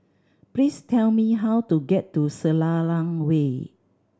please tell me how to get to Selarang Way